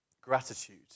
gratitude